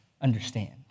understand